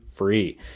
free